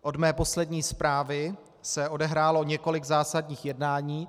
Od mé poslední zprávy se odehrálo několik zásadních jednání.